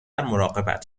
مراقبت